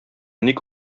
ник